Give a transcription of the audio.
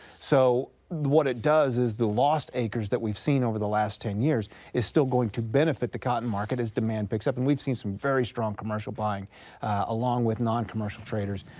so what it does is the lost acres that we've seen over the last ten years is still going to benefit the cotton market as demand picks up and we've seen some very strong commercial buying along with non-commercial traders,